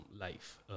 Life